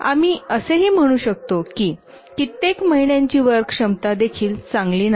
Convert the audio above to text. आणि आम्ही असेही म्हणू शकतो की कित्येक महिन्यांची वर्क क्षमता देखील चांगली नाही